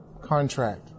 contract